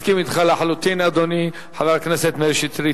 מסכים אתך לחלוטין, אדוני חבר הכנסת מאיר שטרית.